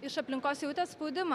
iš aplinkos jutėt spaudimą